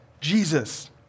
Jesus